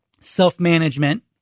self-management